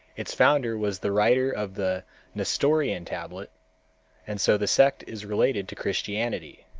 its founder was the writer of the nestorian tablet and so the sect is related to christianity.